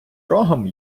рогом